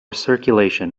circulation